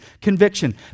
conviction